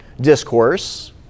discourse